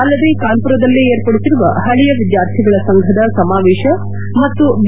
ಅಲ್ಲದೆ ಕಾನ್ವುರದಲ್ಲೇ ವಿರ್ಪಡಿಸಿರುವ ಹಳೆಯ ವಿದ್ಯಾರ್ಥಿಗಳ ಸಂಘದ ಸಮಾವೇತ ಮತ್ತು ಬಿ